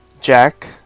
jack